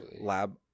lab